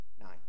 nine